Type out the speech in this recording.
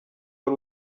ari